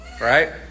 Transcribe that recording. Right